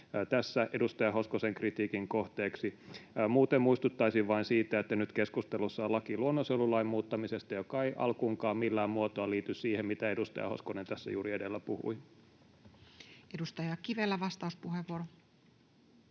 tässä edustaja Hoskosen kritiikin kohteeksi. Muuten muistuttaisin vain siitä, että nyt keskustelussa on laki luonnonsuojelulain muuttamisesta, joka ei alkuunkaan millään muotoa liity siihen, mitä edustaja Hoskonen tässä juuri edellä puhui. Edustaja Kivelä, vastauspuheenvuoro.